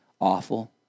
awful